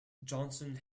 johnson